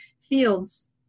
fields